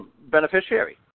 beneficiary